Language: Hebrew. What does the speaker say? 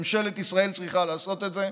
ממשלת ישראל צריכה לעשות את זה.